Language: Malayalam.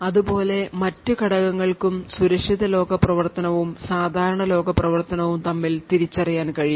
അതുപോലെ മറ്റ് ഘടകങ്ങൾക്കും സുരക്ഷിത ലോക പ്രവർത്തനവും സാധാരണ ലോക പ്രവർത്തനവും തമ്മിൽ വേർതിരിച്ചറിയാൻ കഴിയും